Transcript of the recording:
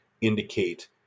indicate